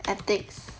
ethics